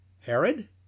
Herod